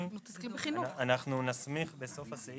אני מניחה שההגדרה הזאת מגיעה מעוד כל מיני מקומות.